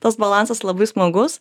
tas balansas labai smagus